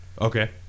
Okay